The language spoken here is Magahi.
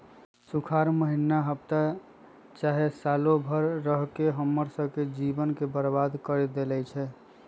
सुखार माहिन्ना हफ्ता चाहे सालों भर रहके हम्मर स के जीवन के बर्बाद कर देई छई